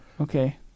Okay